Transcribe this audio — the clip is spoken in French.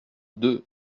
deux